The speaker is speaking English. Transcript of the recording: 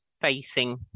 facing